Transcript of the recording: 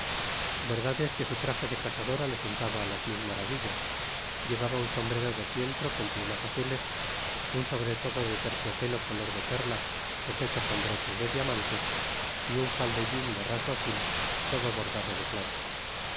verdad es que su traje de cazadora le sentaba á las mil maravillas llevaba un sombrero de fieltro con plumas azules un sobretodo de terciopelo color de perla sujeto con broches de diamantes y un faldellin de raso azul todo bordado de plata